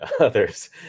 others